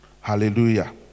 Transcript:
hallelujah